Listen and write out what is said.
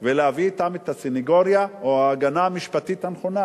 אתם את הסניגוריה או את ההגנה המשפטית הנכונה.